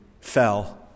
fell